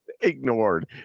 ignored